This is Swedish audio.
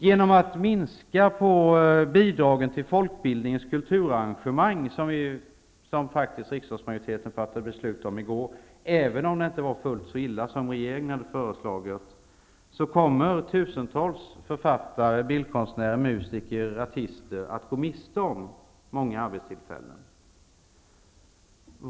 Genom att riksdagsmajoriteten i går faktiskt fattade beslut om att minska bidragen till folkbildningens kulturarrangemang kommer tusentals författare, bildkonstnärer, musiker och artister att gå miste om många arbetstillfällen, även om det i och med det beslutet inte blev fullt så illa som regeringen hade föreslagit.